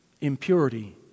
impurity